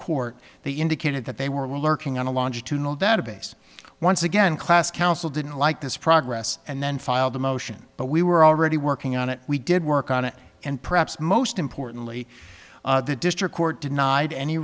court they indicated that they were lurking on a longitudinal database once again class counsel didn't like this progress and then filed a motion but we were already working on it we did work on it and perhaps most importantly the district court denied any